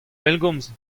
pellgomz